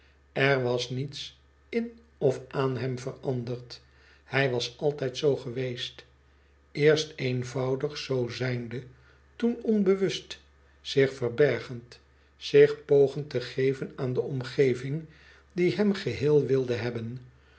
er was niets in of aan hem veranderd hij was altijd zoo geweest eerst eenvoudig zoo zijnde toen onbewust zich verbergend zich pogend te geven aan de omgeving die hem geheel wilde hebben